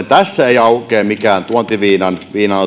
tässä ei aukea mikään tuontiviinan